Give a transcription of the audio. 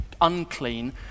unclean